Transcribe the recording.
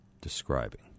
describing